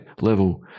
level